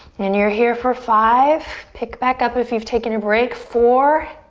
and you're here for five, pick back up if you've taken a break, four,